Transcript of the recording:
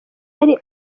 yari